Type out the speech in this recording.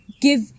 give